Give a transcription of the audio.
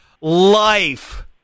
life